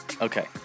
Okay